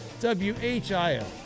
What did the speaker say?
WHIO